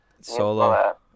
Solo